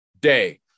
day